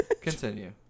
Continue